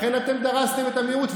לכן אתם דרסתם את המיעוט.